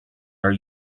are